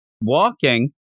walking